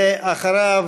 אחריו,